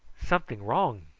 something wrong!